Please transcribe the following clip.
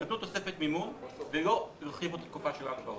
נתנו תוספת מימון ולא הרחיבו את הקופה של ההלוואות.